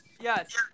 Yes